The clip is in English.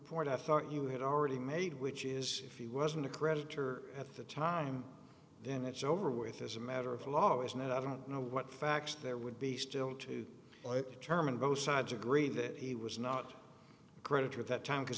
point i thought you had already made which is if he wasn't a creditor at the time then it's over with as a matter of law isn't it i don't know what facts there would be still to charmin both sides agree that he was not a creditor at that time because